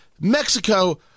Mexico